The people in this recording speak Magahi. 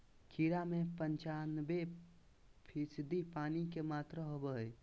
खीरा में पंचानबे फीसदी पानी के मात्रा होबो हइ